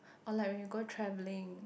or like when you go traveling